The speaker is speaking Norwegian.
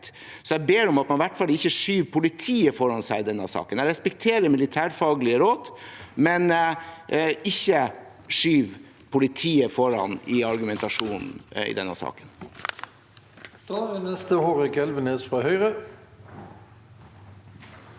så jeg ber om at man i hvert fall ikke skyver politiet foran seg i denne saken. Jeg respekterer militærfaglige råd, men ikke at man skyver politiet foran seg i argumentasjonen i denne saken. Hårek Elvenes (H)